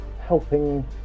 helping